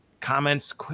comments